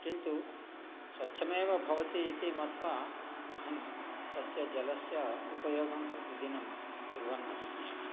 किन्तु स्वच्छमेव भवतीति मत्वा अहं तस्य जलस्य उपयोगं प्रतिदिनं कुर्वन् अस्मि अहम्